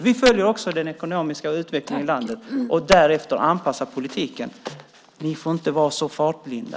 Vi följer också den ekonomiska utvecklingen i landet och anpassar politiken därefter. Ni får inte vara så fartblinda.